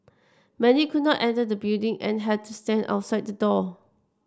many could not enter the building and had to stand outside the door